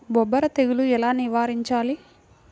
బొబ్బర తెగులు ఎలా నివారించాలి?